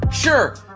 Sure